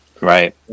Right